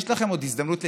יש לכם עוד הזדמנות לתקן,